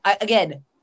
again